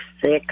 six